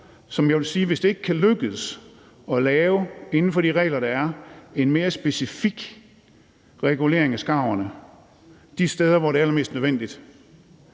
faktorer, og hvis det ikke kan lykkes inden for de regler, der er, at lave en mere specifik regulering af skarverne de steder, hvor det er allermest nødvendigt,